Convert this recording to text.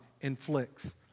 inflicts